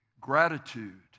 Gratitude